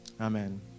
amen